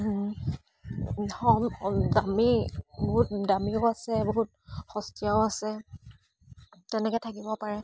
দামী বহুত দামীও আছে বহুত সস্তীয়াও আছে তেনেকৈ থাকিব পাৰে